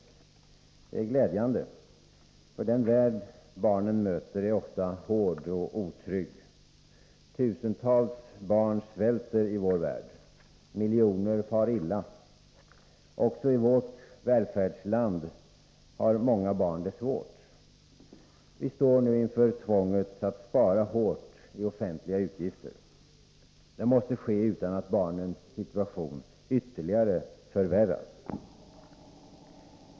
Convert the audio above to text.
Det är glädjande, för den värld barnen möter är ofta hård och otrygg. Tusentals barn svälter i vår värld. Miljoner far illa. Ockå i vårt välfärdsland har många barn det svårt. Vi står nu inför tvånget att spara hårt i offentliga utgifter. Det måste ske utan att barnens situation ytterligare förvärras.